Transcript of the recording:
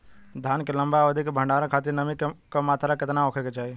धान के लंबा अवधि क भंडारण खातिर नमी क मात्रा केतना होके के चाही?